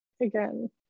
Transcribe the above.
again